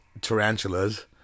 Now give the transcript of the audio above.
tarantulas